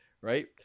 right